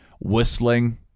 Whistling